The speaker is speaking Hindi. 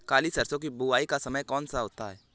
काली सरसो की बुवाई का समय क्या होता है?